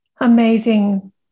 Amazing